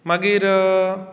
मागीर